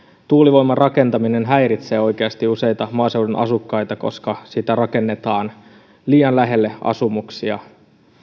tuulivoiman rakentaminen häiritsee oikeasti useita maaseudun asukkaita koska sitä rakennetaan liian lähelle asumuksia